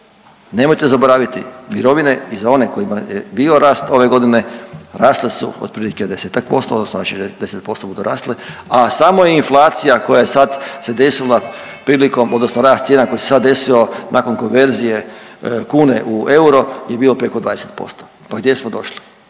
Nemojte zaboraviti, mirovine i za one kojima je bio rast ove godine rasle su otprilike 10-tak posto odnosno … /ne razumije se/ … budu rasle, a samo je inflacija koja je sada se desila prilikom odnosno rast cijena koje se sada desio nakon konverzije kune u euro je bio preko 20%. Pa gdje smo došli?